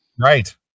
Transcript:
right